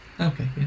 Okay